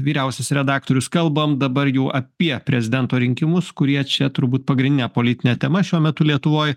vyriausias redaktorius kalbam dabar jau apie prezidento rinkimus kurie čia turbūt pagrindinė politinė tema šiuo metu lietuvoj